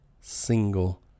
single